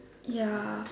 ya